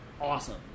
awesome